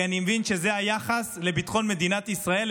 כי אני מבין שזה היחס לביטחון מדינת ישראל,